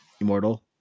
Immortal